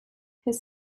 his